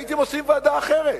הייתם עושים ועדה אחרת.